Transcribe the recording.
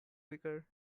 weaker